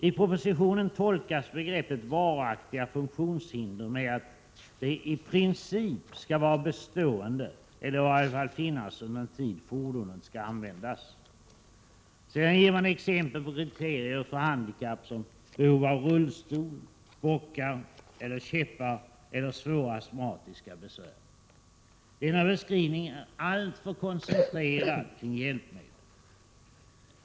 I propositionen tolkas begreppet varaktigt funktionshinder så, att detta ”i princip skall vara bestående eller att det i vart fall skall finnas under den tid fordonet skall användas”. Sedan ger man exempel på kriterier för handikapp, såsom behov av rullstol, bockar eller käppar, eller svåra astmatiska besvär. Denna beskrivning är alltför koncentrerad kring hjälpmedel.